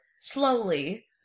Slowly